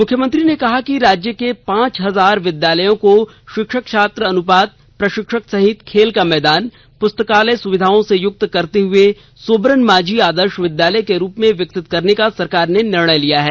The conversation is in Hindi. मुख्यमंत्री ने कहा कि राज्य के पांच हजार विद्यालयों को शिक्षक छात्र अनुपात प्रशिक्षक सहित खेल का मैदान पुस्तकालय सुविधाओं से युक्त करते हुए सोबरन मांझी आदर्श विद्यालय के रुप में विकसित करने का सरकार ने निर्णय लिया है